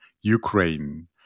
Ukraine